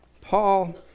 Paul